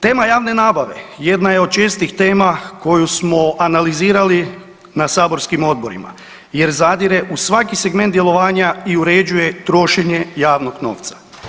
Tema javne nabave jedna je od čestih tema koju smo analizirali na saborskim odborima jer zadire u svaki segment djelovanja i uređuje trošenje javnog novca.